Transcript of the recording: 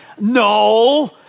No